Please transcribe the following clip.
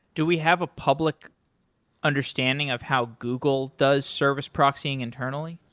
do we have a public understanding of how google does service proxying internally?